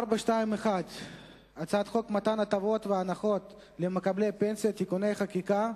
הצעת חוק 421 הצעת חוק מתן הטבות והנחות למקבלי פנסיה (תיקוני חקיקה),